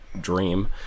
dream